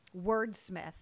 wordsmith